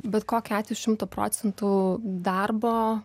bet kokiu atveju šimto procentų darbo